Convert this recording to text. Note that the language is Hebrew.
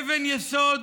אבן יסוד